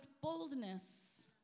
boldness